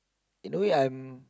you know I'm